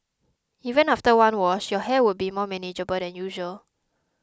even after one wash your hair would be more manageable than usual